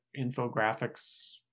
infographics